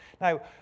Now